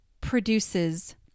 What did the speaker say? produces